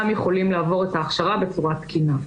יכולים לעבור את ההכשרה בצורה תקינה.